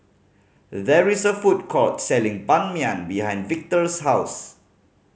there is a food court selling Ban Mian behind Victor's house